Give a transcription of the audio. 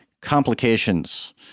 complications